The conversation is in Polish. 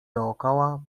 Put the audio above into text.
dookoła